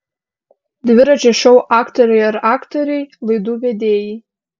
dviračio šou aktoriai ar aktoriai laidų vedėjai